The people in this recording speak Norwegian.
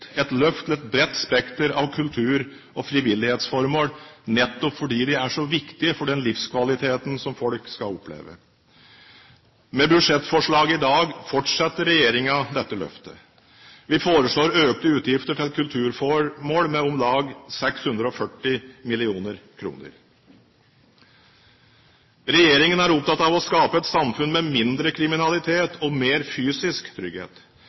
et løft til et bredt spekter av kultur- og frivillighetsformål, nettopp fordi det er så viktig for den livskvaliteten som folk skal oppleve. Med budsjettforslaget i dag fortetter regjeringen dette løftet. Vi foreslår økte utgifter til kulturformål med om lag 640 mill. kr. Regjeringen er opptatt av å skape et samfunn med mindre kriminalitet og mer fysisk trygghet.